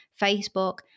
Facebook